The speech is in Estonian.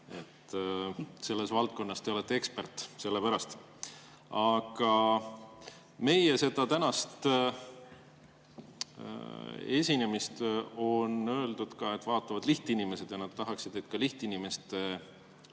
Selles valdkonnas te olete ekspert, sellepärast. Aga meie seda tänast esinemist, on öeldud ka, et vaatavad lihtinimesed, ja nad tahaksid, et ka lihtinimeste